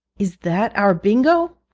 is that our bingo